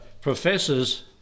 professors